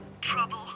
trouble